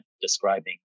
describing